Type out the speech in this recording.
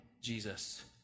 Jesus